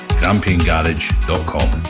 grampiangarage.com